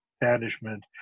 banishment